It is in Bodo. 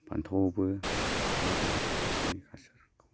फान्थावआवबो गासिआवबो रासायनि हासारखौ